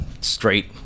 straight